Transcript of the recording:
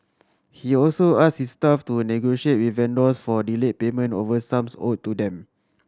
he also asked his staff to negotiate with vendors for delayed payment of sums owed to them